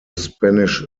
spanish